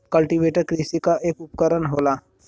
cultivator कृषि क एक उपकरन होला